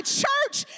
church